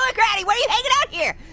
ah granny? what're you hangin' out here?